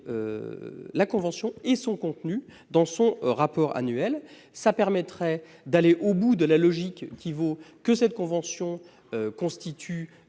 la convention et son contenu dans son rapport annuel. Cela permettrait d'aller au bout de la logique voulant que cette convention constitue,